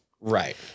Right